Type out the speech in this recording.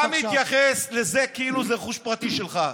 אתה מתייחס לזה כאילו זה רכוש פרטי שלך.